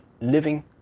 living